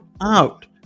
out